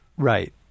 Right